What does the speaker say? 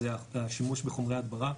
השימוש בחומרי הדברה,